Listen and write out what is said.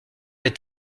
est